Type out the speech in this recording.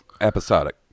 Episodic